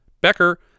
Becker